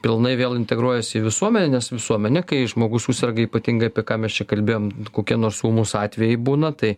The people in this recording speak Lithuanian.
pilnai vėl integruojasi į visuomenę nes visuomenė kai žmogus suserga ypatingai apie ką mes čia kalbėjom kokie nors ūmūs atvejai būna tai